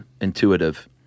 intuitive